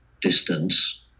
distance